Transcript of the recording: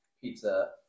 pizza